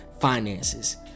finances